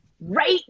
right